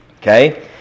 Okay